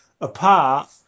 apart